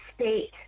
state